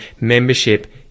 membership